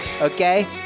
okay